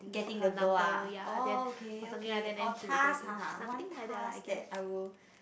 getting the girl ah orh okay okay oh task ah one task that I will